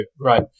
right